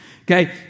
Okay